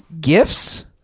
gifts